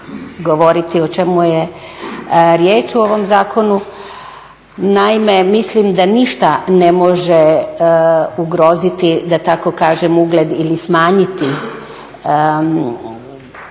govoriti o čemu je riječ u ovom zakonu. Naime mislim da ništa ne može ugroziti da tako kažem ugled ili umanjiti